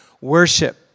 worship